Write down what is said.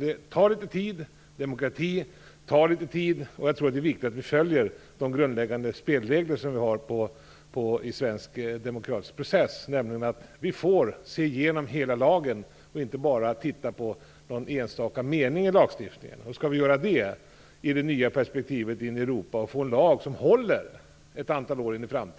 Det tar litet tid. Demokrati tar tid. Det är viktigt att vi följer de grundläggande spelreglerna i svensk demokratisk process. Vi får se över hela lagen och inte bara titta på någon enstaka mening. Vi måste få en lag som håller ett antal år in i framtiden, också i det nya perspektivet i Europa.